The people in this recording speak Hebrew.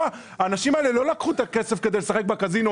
האנשים האלה לא לקחו את הכסף כדי לשחק בקזינו.